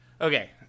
Okay